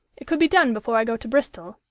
it could be done before i go to bristol,